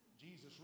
Jesus